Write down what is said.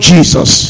Jesus